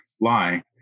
lie